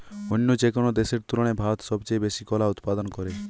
অন্য যেকোনো দেশের তুলনায় ভারত সবচেয়ে বেশি কলা উৎপাদন করে